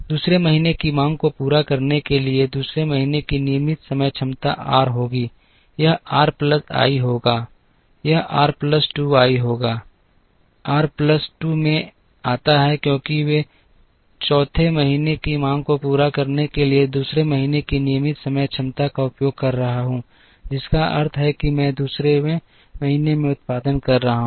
2 महीने की मांग को पूरा करने के लिए 2 महीने की नियमित समय क्षमता आर होगी यह r प्लस I होगा यह r प्लस 2 i होगा r प्लस 2 मैं आता है क्योंकि मैं 4 वें महीने की मांग को पूरा करने के लिए 2 महीने की नियमित समय क्षमता का उपयोग कर रहा हूं जिसका अर्थ है कि मैं 2 वें महीने में उत्पादन कर रहा हूं